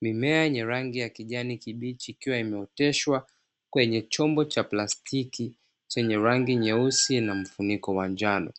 Mimea yenye rangi ya kijani kibichi, ikiwa imeoteshwa kwenye chombo cha plastiki chenye rangi nyeusi na mfuniko wa njano.